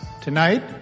tonight